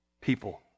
people